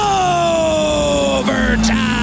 overtime